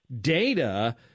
data